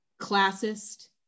classist